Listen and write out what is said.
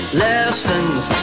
lessons